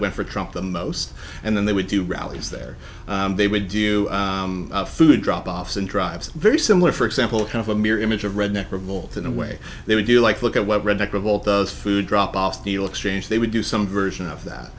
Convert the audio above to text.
went for trump the most and then they would do rallies there they would do you food drop offs and drives very similar for example kind of a mirror image of redneck revolt in a way they would you like look at what redneck of all those food drop off needle exchange they would do some version of that